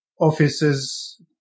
offices